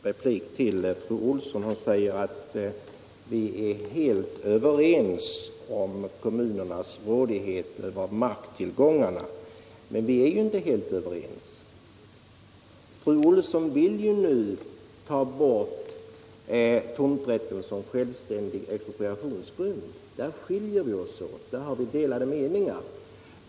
Herr talman! Fru Olsson i Hölö säger att vi är helt överens om kommunernas rådighet över marktillgångarna. Men vi är ju inte helt överens. Fru Olsson vill nu ta bort tomträtten som självständig expropriationsgrund, och där har vi delade meningar.